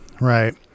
right